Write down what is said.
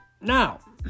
Now